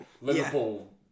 Liverpool